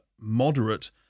moderate